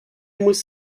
muss